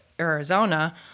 Arizona